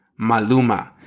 Maluma